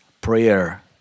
prayer